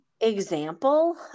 example